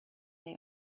they